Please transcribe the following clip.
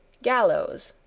gallows,